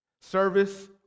Service